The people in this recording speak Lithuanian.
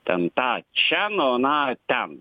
ten tą čia nu aną ten